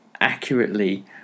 accurately